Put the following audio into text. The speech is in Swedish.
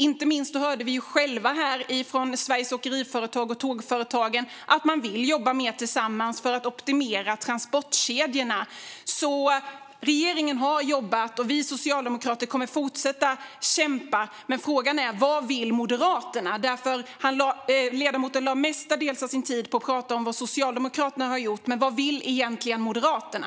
Inte minst hörde vi själva från Sveriges Åkeriföretag och Tågföretagen att man vill jobba mer tillsammans för att optimera transportkedjorna. Regeringen har alltså jobbat, och vi socialdemokrater kommer att fortsätta kämpa. Men frågan är: Vad vill Moderaterna? Ledamoten lade det mesta av sin talartid på att prata om vad Socialdemokraterna har gjort, men vad vill egentligen Moderaterna?